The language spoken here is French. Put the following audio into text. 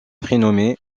prénommée